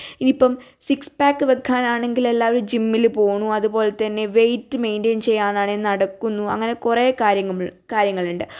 ഇനിയിപ്പം six pack വെയ്ക്കാനാണെങ്കിൽ എല്ലാവരും ജിമ്മിൽ പോവണു അതുപോലത്തന്നെ വെയിറ്റ് മെയിൻറ്റെയിൻ ചെയ്യാനാണെങ്കിൽ നടക്കുന്നു അങ്ങനെ കുറേ കാര്യങ്ങൾ കാര്യങ്ങളുണ്ട്